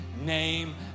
name